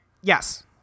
yes